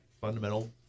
fundamental